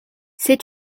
sais